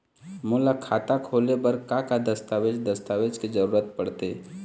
मोला खाता खोले बर का का दस्तावेज दस्तावेज के जरूरत पढ़ते?